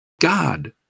God